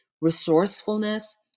resourcefulness